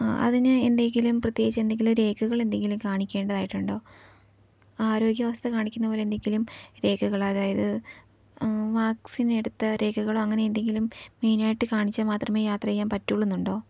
അതിന് എന്തെങ്കിലും പ്രത്യേകിച്ച് എന്തെങ്കിലും രേഖകൾ എന്തെങ്കിലും കാണിക്കേണ്ടതായിട്ടുണ്ടോ ആരോഗ്യാവസ്ഥ കാണിക്കുന്ന പോലെ എന്തെങ്കിലും രേഖകൾ അതായത് വാക്സിൻ എടുത്ത രേഖകളോ അങ്ങനെ എന്തെങ്കിലും മെയിനായിട്ട് കാണിച്ചാല് മാത്രമേ യാത്ര ചെയ്യാൻ പറ്റുള്ളൂ എന്നുണ്ടോ